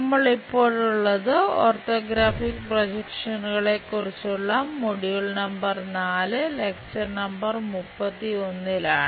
നമ്മൾ ഇപ്പോഴുള്ളത് ഓർത്തോഗ്രാഫിക് പ്രൊജക്ഷനുകളെ കുറിച്ചുള്ള മൊഡ്യൂൾ നമ്പർ 31 ലാണ്